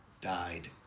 died